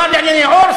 שר לענייני עור,